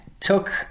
Took